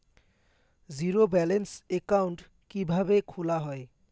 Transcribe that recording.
Zero balance account কিভাবে খোলা হয়?